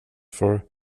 for